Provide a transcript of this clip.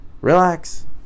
relax